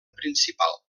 principal